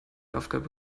aufgabe